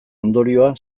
ondorioa